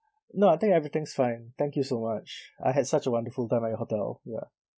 no I think everything's fine thank you so much I had such a wonderful time at your hotel ya